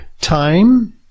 time